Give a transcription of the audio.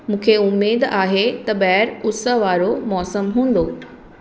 मूंखे उमेदु आहे त ॿाहिरि उस वारो मौसमु हूंदो